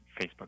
Facebook